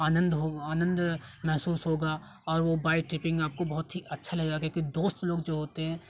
आनंद हो आनंद महसूस होगा और वो बाइक ट्रिपिंग आपको बहुत ही अच्छा लगेगा क्योंकि दोस्त लोग जो होते हैं